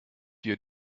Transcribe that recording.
hier